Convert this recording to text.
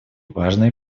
важной